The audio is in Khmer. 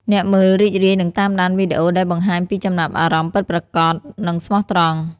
អ្នកមើលរីករាយនឹងតាមដានវីដេអូដែលបង្ហាញពីចំណាប់អារម្មណ៍ពិតប្រាកដ និងស្មោះត្រង់។